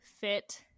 fit